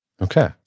Okay